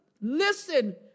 listen